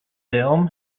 film